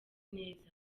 neza